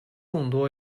众多